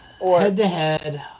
Head-to-head